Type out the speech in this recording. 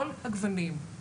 כל הגוונים,